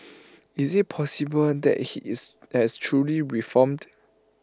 is IT possible that he is has truly reformed